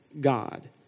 God